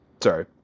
sorry